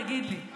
תגיד לי.